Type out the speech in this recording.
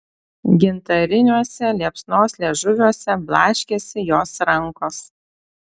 gintariniuose liepsnos liežuviuose blaškėsi jos rankos